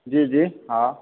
जी जी हा